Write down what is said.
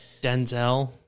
Denzel